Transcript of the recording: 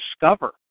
discover